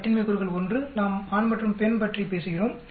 கட்டின்மை கூறுகள் 1 நாம் ஆண் மற்றும் பெண் பற்றி பேசுகிறோம்